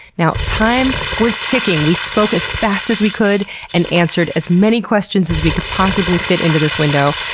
now, time was ticking. we spoke as fast as we could and answered as many questions as we could possibly fit into this window.